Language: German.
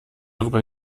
darüber